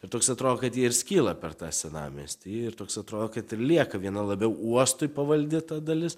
ir toks atrodo kad jie ir skyla per tą senamiestį ir toks atrodo kad ir lieka viena labiau uostui pavaldi ta dalis